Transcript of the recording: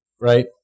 Right